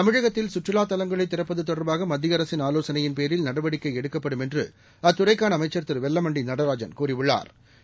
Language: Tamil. தமிழகத்தில் சுற்றுலா தலங்களை திறப்பது தொடர்பாக மத்திய அரசின் ஆலோசனையின்பேரில் நடவடிக்கை எடுக்கப்படும் என்று அத்துறைக்கான அமைச்சா் திரு வெள்ளமண்டி நடராஜன் கூறியுள்ளா்